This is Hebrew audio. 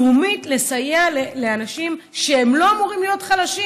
לאומית: לסייע לאנשים שלא אמורים להיות חלשים,